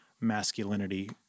masculinity